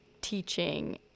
teaching